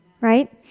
Right